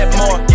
more